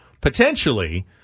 potentially